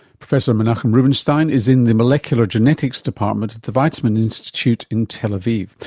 professor menachem rubinstein is in the molecular genetics department at the weizmann institute in tel aviv.